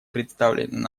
представленный